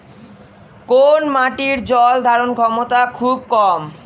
কোন মাটির জল ধারণ ক্ষমতা খুব কম?